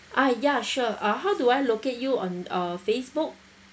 ah ya sure ah how do I locate you on Facebook